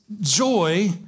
joy